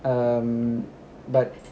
um but